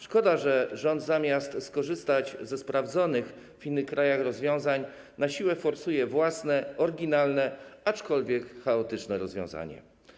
Szkoda, że rząd zamiast skorzystać ze sprawdzonych w innych krajach rozwiązań, na siłę forsuje własne, oryginalne, aczkolwiek chaotyczne rozwiązanie.